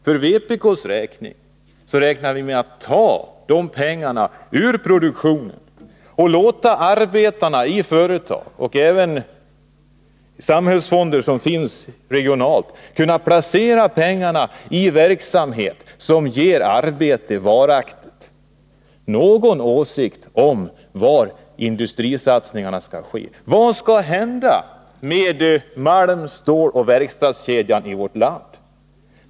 För vpk:s del räknar vi med att ta de pengarna ur produktionen och låta arbetarna i företag och även samhällsfonder som finns regionalt placera pengarna i verksamhet som ger arbete varaktigt. Någon åsikt om var industrisatsningarna skall ske har väl arbetsmarknadsministern? Vad skall hända med malm-, ståloch verkstadskedjan i vårt land?